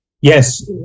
Yes